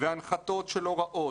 הנחתות הוראות,